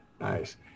Nice